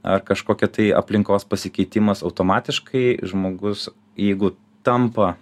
ar kažkokia tai aplinkos pasikeitimas automatiškai žmogus jeigu tampa